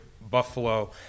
Buffalo